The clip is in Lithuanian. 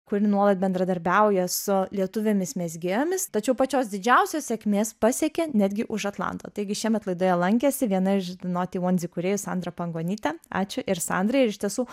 kuri nuolat bendradarbiauja su lietuvėmis mezgėjomis tačiau pačios didžiausios sėkmės pasiekė netgi už atlanto taigi šiemet laidoje lankėsi viena iš noti vuons įkūrėjų sandra pangonytė ačiū ir sandrai ir iš tiesų